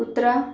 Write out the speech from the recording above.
कुत्रा